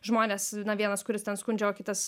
žmonės vienas kuris ten skundžia o kitas